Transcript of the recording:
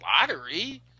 lottery